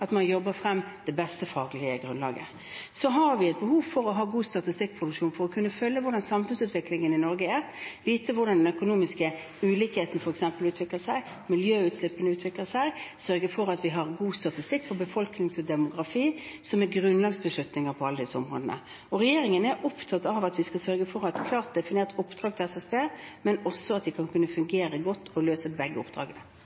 at man jobber frem det beste faglige grunnlaget. Så har vi et behov for å ha god statistikkproduksjon for å kunne følge med på samfunnsutviklingen i Norge, vite hvordan f.eks. den økonomiske ulikheten utvikler seg, hvordan miljøutslippene utvikler seg, sørge for at vi har god statistikk på befolkningsdemografi, som er grunnlagsbeslutninger på alle disse områdene. Regjeringen er opptatt av å sørge for å ha et klart definert oppdrag til SSB, men også at de skal kunne